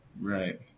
right